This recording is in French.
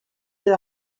des